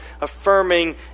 affirming